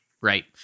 Right